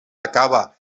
acaba